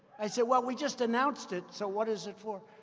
i said, well, we just announced it, so what is it for?